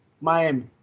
Miami